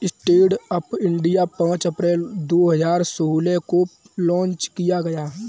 stand up India पांच April दो हजार सोलह को लॉन्च किया गया